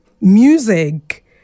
music